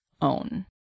own